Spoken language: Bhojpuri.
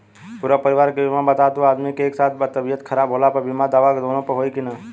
पूरा परिवार के बीमा बा त दु आदमी के एक साथ तबीयत खराब होला पर बीमा दावा दोनों पर होई की न?